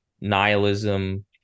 nihilism